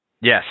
Yes